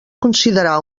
considerar